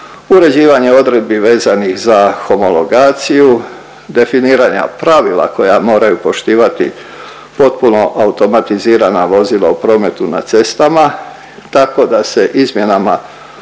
uređivanje odredbi vezanih za homologaciju, definiranja pravila koja moraju poštivati potpuno automatizirana vozila u prometu na cestama tako da se izmjenama i